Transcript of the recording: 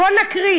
בוא נקריא